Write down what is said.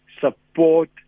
support